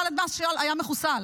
חאלד משעל היה מחוסל.